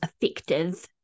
effective